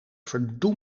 verdoe